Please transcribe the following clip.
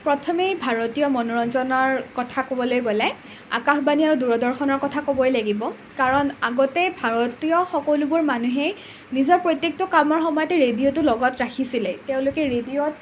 প্ৰথমেই ভাৰতীয় মনোৰঞ্জনৰ কথা ক'বলৈ গ'লে আকাশবাণী আৰু দূৰদৰ্শনৰ কথা ক'বই লাগিব কাৰণ আগতে ভাৰতীয় সকলোবোৰ মানুহেই নিজৰ প্ৰত্যেকটো কামৰ সময়তেই ৰেডিঅ'টো লগত ৰাখিছিলেই তেওঁলোকে ৰেডিঅ'ত